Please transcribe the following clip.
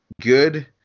good